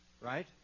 Right